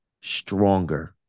stronger